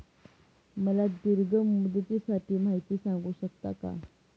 मला दीर्घ मुदतीसाठी माहिती सांगू शकता का?